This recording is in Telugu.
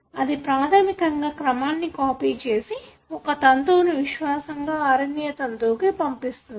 అది ప్రాధమికంగా క్రమాన్ని కాపీ చేసి ఒక తంతువును విశ్వాసంగా RNA తంతువుకు పంపిస్తుంది